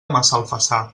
massalfassar